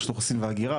רשות האוכלוסין וההגירה,